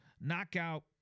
knockout